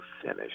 finish